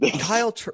Kyle